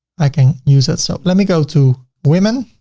i can use it. so let me go to women,